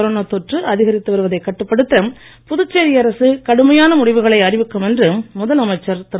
corona தொற்று அதிகரித்து வருவதைக் கட்டுப்படுத்த புதுச்சேரி அரசு கடுமையான முடிவுகளை அறிவிக்கும் என்று முதலமைச்சர் திரு